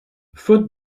faute